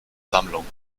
sammlung